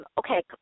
okay